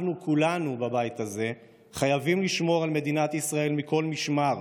אנחנו כולנו בבית הזה חייבים לשמור על מדינת ישראל מכל משמר.